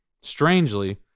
Strangely